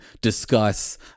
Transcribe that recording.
discuss